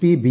P B